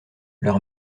leur